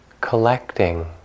collecting